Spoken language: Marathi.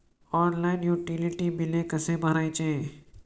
ऑनलाइन युटिलिटी बिले कसे भरायचे?